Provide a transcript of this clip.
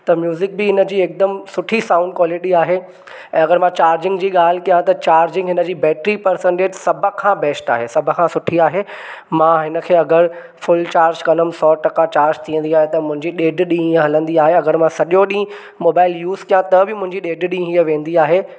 त म्यूज़िक बि हिन जी हिकदमि सुठी साउंड क़्वालिटी आहे ऐं अगरि मां चार्जिंग जी ॻाल्हि कयां त चार्जिंग हिन जी बेट्री पर्सेंटिज़ सभु खां बेस्ट आहे सभु खां सुठी आहे मां हिन खे अगरि फुल चार्ज कंदमि सौ टका चार्ज थी वेंदी आहे त मुंहिंजी ॾेढि ॾींहुं हलंदी आहे अगरि मां सॼो ॾींहुं बि यूज़ कयां त बि मुंहिंजी ॾेढि ॾींहं में हीअ वेंदी आहे